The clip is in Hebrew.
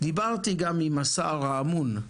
דיברתי גם עם השר האמון,